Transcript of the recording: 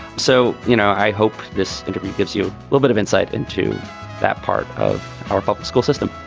so, you know, i hope this interview gives you a little bit of insight into that part of our public school system